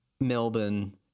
Melbourne